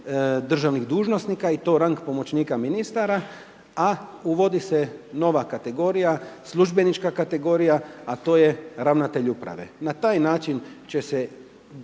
državnih dužnosnika i to rang pomoćnika ministara a uvodi se nova kategorija, službenička kategorija, a to je ravnatelj uprave. Na taj način će se